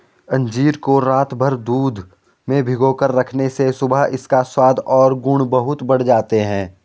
अंजीर को रातभर दूध में भिगोकर रखने से सुबह इसका स्वाद और गुण बहुत बढ़ जाते हैं